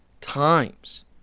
times